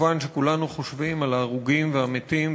מובן שכולנו חושבים על ההרוגים והמתים,